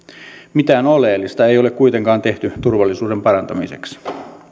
mitään oleellista ei ole kuitenkaan tehty turvallisuuden parantamiseksi